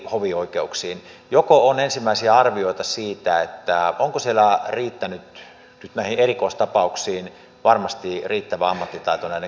joko on ensimmäisiä arvioita siitä onko siellä nyt näihin erikoistapauksiin näiden käsittelyyn varmasti riittävä ammattitaito